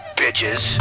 bitches